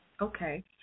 Okay